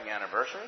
anniversary